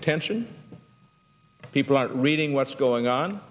attention people are reading what's going on